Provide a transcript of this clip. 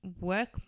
work